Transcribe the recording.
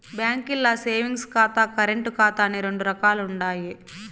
బాంకీల్ల సేవింగ్స్ ఖాతా, కరెంటు ఖాతా అని రెండు రకాలుండాయి